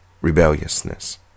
rebelliousness